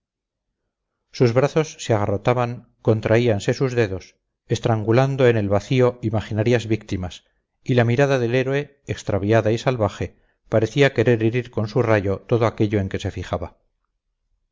sus brazos se agarrotaban contraíanse sus dedos estrangulando en el vacío imaginarias víctimas y la mirada del héroe extraviada y salvaje parecía querer herir con su rayo todo aquello en que se fijaba